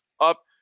up